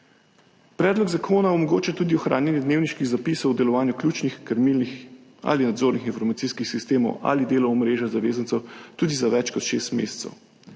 Predlog zakona omogoča tudi ohranjanje dnevniških zapisov o delovanju ključnih krmilnih ali nadzornih informacijskih sistemov ali delov omrežja zavezancev tudi za več kot šest mesecev,